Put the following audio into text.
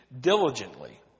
diligently